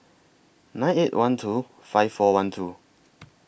nine eight one two five four one two